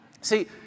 See